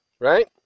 right